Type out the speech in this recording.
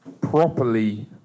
properly